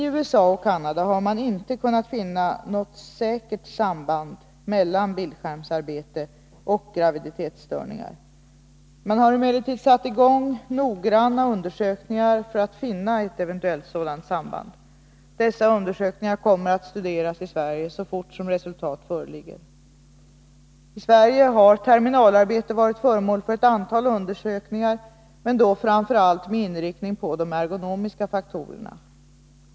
TUSA och Canada har man inte kunnat finna något säkert samband mellan bildskärmsarbete och graviditetsstörningar. Man har emellertid satt i gång noggranna undersökningar för att finna ett eventuellt sådant samband. Dessa undersökningar kommer att studeras i Sverige så fort som resultat föreligger. I Sverige har terminalarbete varit föremål för ett antal undersökningar men då framför allt med inriktning på de ergonomiska faktorerna.